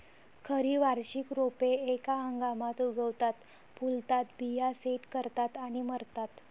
खरी वार्षिक रोपे एका हंगामात उगवतात, फुलतात, बिया सेट करतात आणि मरतात